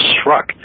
struck